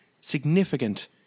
significant